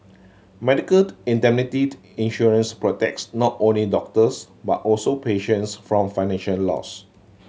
medical indemnity insurance protects not only doctors but also patients from financial loss